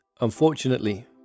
Unfortunately